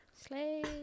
Slay